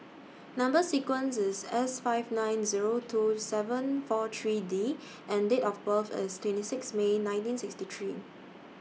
Number sequence IS S five nine Zero two seven four three D and Date of birth IS twenty six May nineteen sixty three